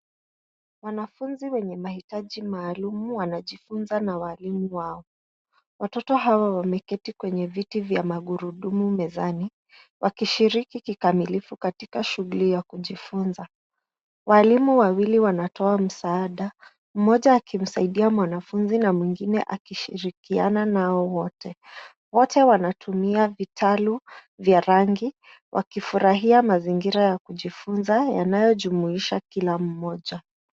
Wanafunzi wenye mahitaji maalum wanajifunza na walimu wao. Watoto hao wameketi kwenye viti vya magurudumu mezani wakishiriki kikamilifu katika shughuli ya kujifunza. Walimu wawili wanatoa msaada, mmoja akimsaidia mwanafunzi na mwengine akishirikiana nao wote. Wote wanatumia vitalu vya rangi wakifurahia mazingira ya kujifunza yanayojumuisha Kila mmoja.